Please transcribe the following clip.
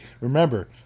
Remember